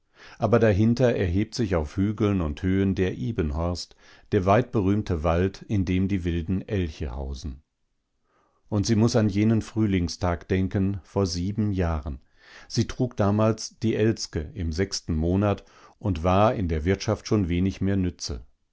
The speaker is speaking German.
aber dahinter erhebt sich auf hügeln und höhen der ibenhorst der weitberühmte wald in dem die wilden elche hausen und sie muß an jenen frühlingstag denken vor sieben jahren sie trug damals die elske im sechsten monat und war in der wirtschaft schon wenig mehr nütze